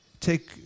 take